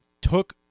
took